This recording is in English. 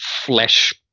flesh